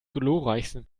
glorreichsten